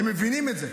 הם מבינים את זה,